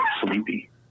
Sleepy